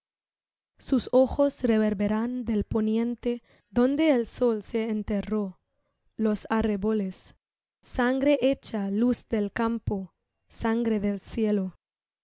sus ojos reverberan del poniente donde el sol se enterró los arreboles sangre hecha luz del campo sangre del cielo